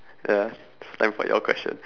ya time for your question